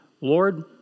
Lord